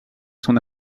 son